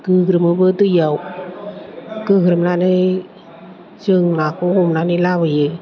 गोग्रोमोबो दैयाव गोग्रोमनानै जों नाखौ हमनानै लाबोयो